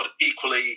equally